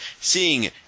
seeing